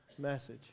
message